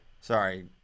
Sorry